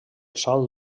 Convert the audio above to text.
sol